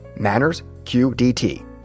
MannersQDT